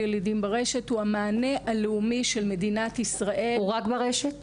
ילדים ברשת הוא המענה הלאומי של מדינת ישראל --- רק ברשת?